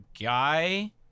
guy